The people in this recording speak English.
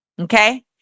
okay